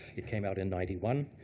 it came out in ninety one.